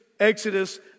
Exodus